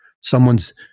someone's